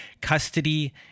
custody